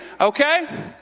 Okay